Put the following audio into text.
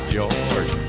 George